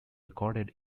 recorded